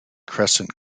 crescent